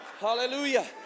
Hallelujah